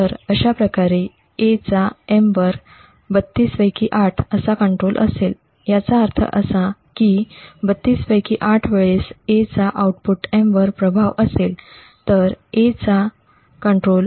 तर अश्या प्रकारे A चा M वर 32 पैकी 8 असा कंट्रोल असेल याचा अर्थ असा कि 32 पैकी 8 वेळेस A चा आउटपुट M वर प्रभाव असेल तर A चा कंट्रोल 0